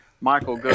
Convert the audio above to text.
Michael